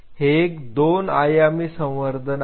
हे एक दोन आयामी संवर्धन आहे